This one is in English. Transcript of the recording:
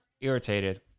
irritated